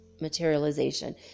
materialization